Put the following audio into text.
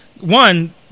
One